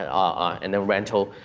and ah and the rental,